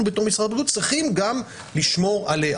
בתור משרד הבריאות צריכים גם לשמור עליה